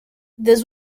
this